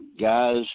guys